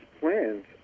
plans